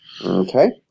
Okay